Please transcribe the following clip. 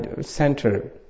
center